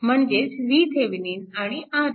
म्हणजेच VThevenin आणि RThevenin